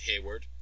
Hayward